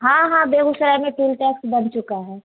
हाँ हाँ बेगूसराय में टोल टैक्स बन चुका है